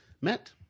met